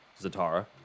Zatara